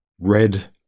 red